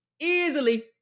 Easily